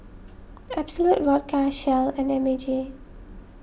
Absolut Vodka Shell and M A G